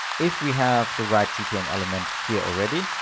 if we have the right gtm element here already,